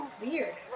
Weird